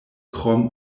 krom